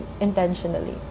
intentionally